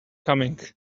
coming